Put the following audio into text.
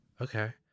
okay